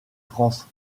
france